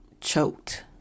choked